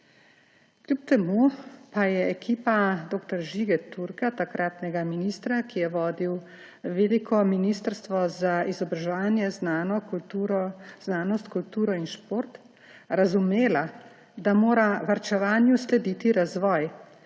Kljub temu pa je ekipa dr. Žige Turka, takratnega ministra, ki je vodil veliko Ministrstvo za izobraževanje, znanost, kulturo in šport, razumela, da mora varčevanju slediti razvoj,